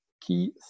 key